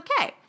okay